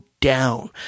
down